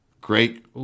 Great